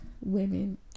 women